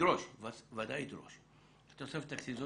ידרוש תוספת תקציב,